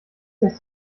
lässt